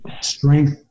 strength